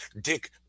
dick